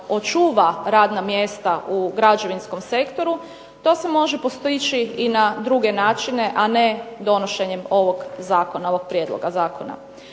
radna mjesta u građevinskom sektoru, to se može postići i na druge načine a ne donošenjem ovog zakona, ovog prijedloga zakona.